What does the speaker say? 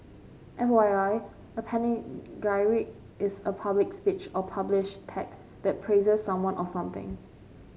F Y I a panegyric is a public speech or publish text that praises someone or something